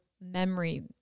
memory